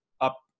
up